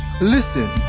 Listen